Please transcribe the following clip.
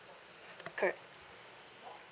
correct